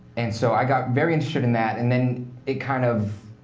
and so i got very interested in that. and then it kind of